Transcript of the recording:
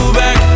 back